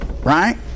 Right